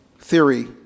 theory